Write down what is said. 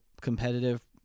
competitive